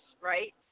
right